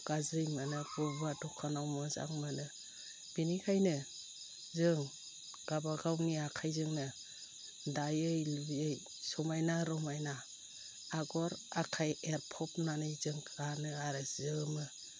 गाज्रि मोनो बबेबा दखानाव मोजां मोनो बिनिखायनो जों गाबागावनि आखायजोंनो दायै लुयै समायना रमायना आगर आखाय एरफबनानै जों गानो आरो जोमो